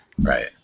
Right